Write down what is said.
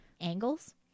angles